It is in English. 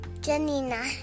Janina